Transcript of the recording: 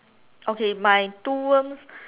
okay my two worms